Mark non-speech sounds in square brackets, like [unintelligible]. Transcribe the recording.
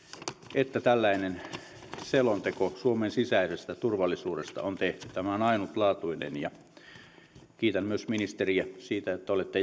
että tällainen selonteko suomen sisäisestä turvallisuudesta on tehty tämä on ainutlaatuinen ja kiitän myös ministeriä siitä että olette [unintelligible]